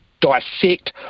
dissect